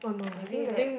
maybe that's